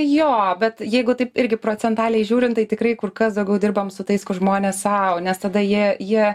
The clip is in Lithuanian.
jo bet jeigu taip irgi procentaliai žiūrint tai tikrai kur kas daugiau dirbam su tais kur žmonės sau nes tada jie jie